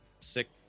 sick